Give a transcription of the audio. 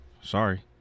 Sorry